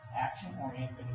action-oriented